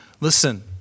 listen